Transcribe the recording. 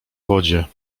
wodzie